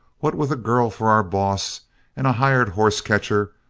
what with a girl for our boss and a hired hoss-catcher,